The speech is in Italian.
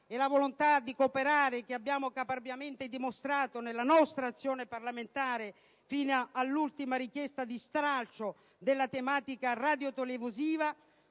e la volontà di cooperare che abbiamo caparbiamente dimostrato nella nostra azione parlamentare fino all'ultima richiesta di stralcio della tematica radiotelevisiva,